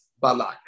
Balak